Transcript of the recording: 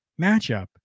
matchup